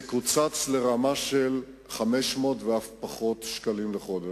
זה קוצץ לרמה של 500 שקלים ומטה בחודש,